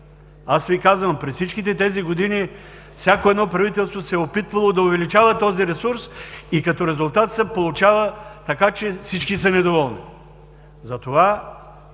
Аз Ви казвам, през всичките тези години всяко едно правителство се е опитвало да увеличава този ресурс и като резултат се получава така, че всички са недоволни.